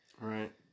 Right